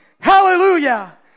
hallelujah